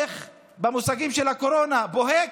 במושגים של הקורונה באדום בוהק?